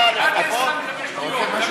מה אתם סתם מדברים שטויות?